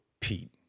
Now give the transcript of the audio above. Pete